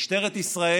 משטרת ישראל